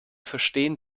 verstehen